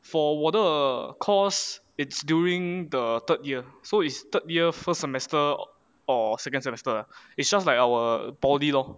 for 我的 course it's during the third year so is third year first semester or second semester lah it's just like our poly lor